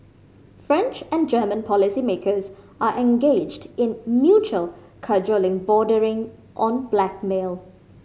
French and German policymakers are engaged in mutual cajoling bordering on blackmail